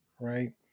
right